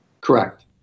Correct